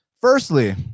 Firstly